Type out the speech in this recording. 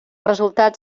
resultats